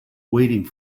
waiting